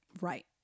Right